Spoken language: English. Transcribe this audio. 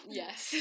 yes